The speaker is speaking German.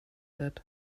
wird